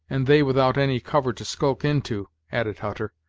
and they without any cover to skulk into, added hutter,